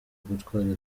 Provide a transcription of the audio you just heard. gutwara